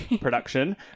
production